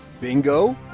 Bingo